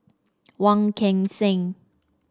Wong Kan Seng